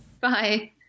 Bye